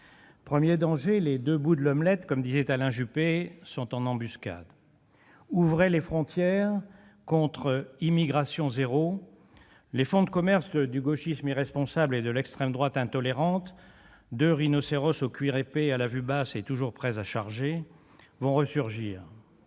risque. Les deux bouts de l'omelette, comme disait Alain Juppé, sont en embuscade : il s'agit là d'un premier danger. « Ouvrez les frontières !» contre « immigration zéro !»: les fonds de commerce du gauchisme irresponsable et de l'extrême droite intolérante, deux rhinocéros au cuir épais, à la vue basse et toujours prêts à charger vont ressurgir.